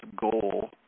goal